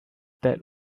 that